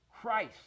Christ